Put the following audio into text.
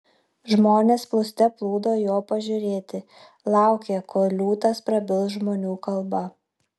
žmonės plūste plūdo jo pažiūrėti laukė kol liūtas prabils žmonių kalba